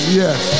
yes